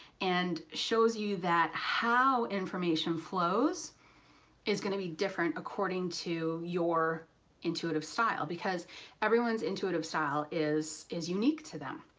and shows you that how information flows is going to be different according to your intuitive style because everyone's intuitive style is is unique to them.